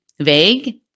vague